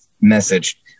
message